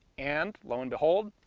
and lo and behold,